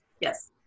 Yes